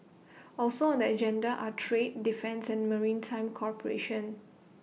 also on the agenda are trade defence and maritime cooperation